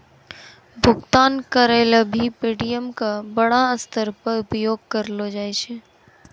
भुगतान करय ल भी पे.टी.एम का बड़ा स्तर पर उपयोग करलो जाय छै